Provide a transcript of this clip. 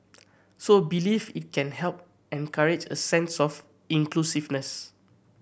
so believes it can help encourage a sense of inclusiveness